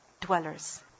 dwellers